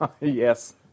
Yes